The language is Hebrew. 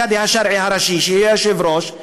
הקאדי השרעי הראשי יהיה בה היושב-ראש,